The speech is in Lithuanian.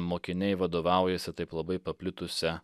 mokiniai vadovaujasi taip labai paplitusia